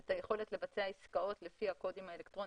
ואת היכולת לבצע עסקאות לפי הקודים האלקטרוניים,